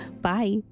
Bye